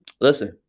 Listen